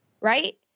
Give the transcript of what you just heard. right